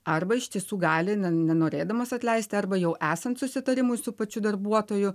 arba iš tiesų gali nenorėdamas atleisti arba jau esant susitarimui su pačiu darbuotoju